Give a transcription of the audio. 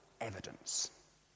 evidence